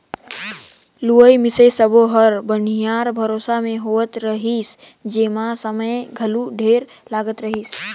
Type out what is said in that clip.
लुवई मिंसई सब्बो हर बनिहार भरोसा मे होवत रिहिस जेम्हा समय घलो ढेरे लागत रहीस